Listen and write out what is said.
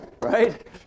right